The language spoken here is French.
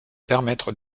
permettre